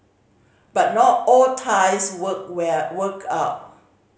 but not all ties work where work out